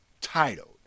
titled